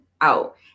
out